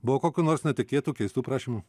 buvo kokių nors netikėtų keistų prašymų